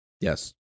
Yes